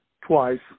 twice